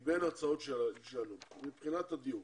מבין ההצעות שעלו, מבחינת הדיור